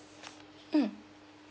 mm